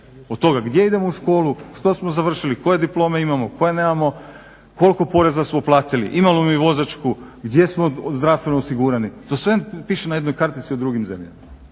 od toga gdje idemo u školu, što smo završili, koje diplome imamo, koje nemamo, koliko poreza smo platili, imamo li vozačku, gdje smo zdravstveno osigurani. To sve piše na jednoj kartici u drugim zemljama.